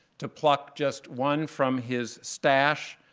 to pluck just one from his stash,